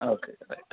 okay rate